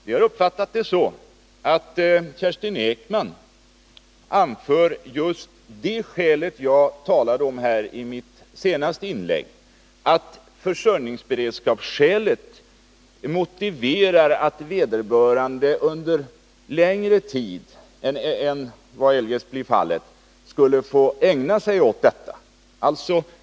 Vi har uppfattat det så att Kerstin Ekman anför just det argument som jag talade om här i mitt senaste inlägg, nämligen att försörjningsberedskapsskälet motiverar att vederbörande under längre tid än vad eljest blir fallet skulle få ägna sig åt detta.